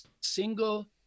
single